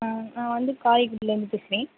ஆ நான் வந்து காரைக்குடிலருந்து பேசுகிறேன்